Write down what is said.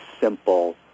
simple